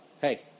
hey